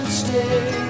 stay